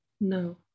No